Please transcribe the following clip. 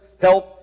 help